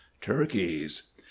turkeys